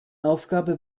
aufgabe